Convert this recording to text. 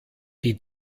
die